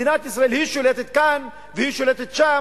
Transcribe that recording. מדינת ישראל שולטת כאן ושולטת שם,